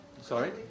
sorry